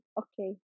okay